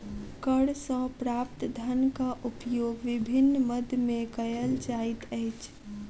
कर सॅ प्राप्त धनक उपयोग विभिन्न मद मे कयल जाइत अछि